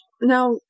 Now